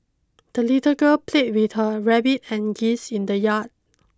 the little girl played with her rabbit and geese in the yard